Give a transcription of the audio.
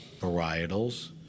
varietals